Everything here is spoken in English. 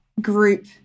group